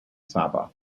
sabah